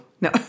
No